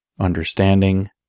understanding